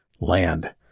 Land